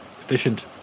efficient